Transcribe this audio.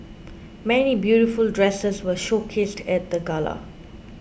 many beautiful dresses were showcased at the gala